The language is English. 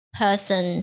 person